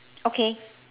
okay